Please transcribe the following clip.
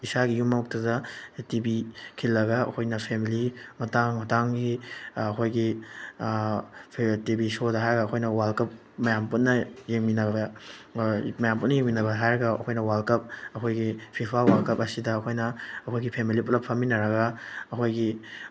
ꯏꯁꯥꯒꯤ ꯌꯨꯝꯃꯛꯇꯗ ꯇꯤ ꯚꯤ ꯈꯤꯜꯂꯒ ꯑꯩꯈꯣꯏꯅ ꯐꯦꯃꯦꯂꯤ ꯃꯇꯥꯡ ꯃꯇꯥꯡꯒꯤ ꯑꯩꯈꯣꯏꯒꯤ ꯇꯤ ꯚꯤ ꯁꯣꯗ ꯍꯥꯏꯔꯒ ꯑꯩꯈꯣꯏꯅ ꯋꯥꯔꯜ ꯀꯞ ꯃꯌꯥꯝ ꯄꯨꯟꯅ ꯌꯦꯡꯃꯤꯟꯅꯕ ꯃꯌꯥꯝ ꯄꯨꯟꯅ ꯌꯦꯡꯃꯤꯟꯅꯕ ꯍꯥꯏꯔꯒ ꯑꯩꯈꯣꯏꯅ ꯋꯥꯔꯜ ꯀꯞ ꯑꯩꯈꯣꯏꯒꯤ ꯐꯤꯐꯥ ꯋꯥꯔꯜ ꯀꯞ ꯑꯁꯤꯗ ꯑꯩꯈꯣꯏꯅ ꯑꯩꯈꯣꯏꯒꯤ ꯐꯦꯃꯤꯂꯤ ꯄꯨꯂꯞ ꯐꯝꯃꯤꯟꯅꯔꯒ ꯑꯩꯈꯣꯏꯒꯤ